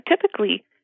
typically